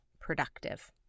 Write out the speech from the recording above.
productive